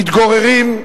מתגוררים,